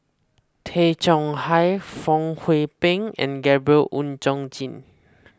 Tay Chong Hai Fong Hoe Beng and Gabriel Oon Chong Jin